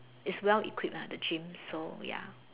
is well equipped lah the gym so ya